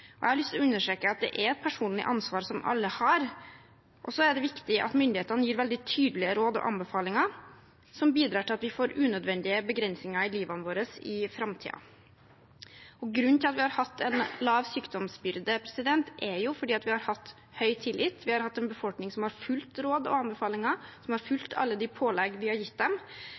Jeg har lyst til å understreke at det er et personlig ansvar alle har. Så er det viktig at myndighetene gir veldig tydelige råd og anbefalinger som bidrar til at vi ikke får unødvendige begrensinger i livet vårt i framtiden. Grunnen til at vi har hatt en lav sykdomsbyrde, er at vi har hatt høy tillit. Vi har hatt en befolkning som har fulgt råd og anbefalinger, som har fulgt alle de pålegg vi har gitt